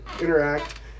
interact